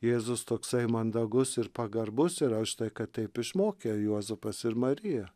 jėzus toksai mandagus ir pagarbus yra už tai kad taip išmokė juozapas ir marija